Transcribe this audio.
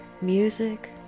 music